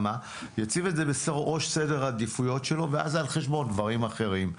יציב את זה בראש סדר העדיפויות שלו ואז זה על חשבון דברים אחרים.